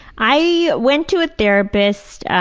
i went to a therapist.